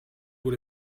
will